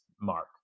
mark